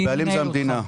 הבעלים זו המדינה.